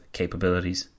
capabilities